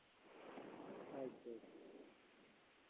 ᱦᱳᱭ ᱥᱮ